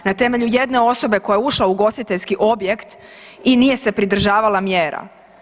Na temelju jedne osobe koja je ušla u ugostiteljski objekt i nije se pridržavala mjera.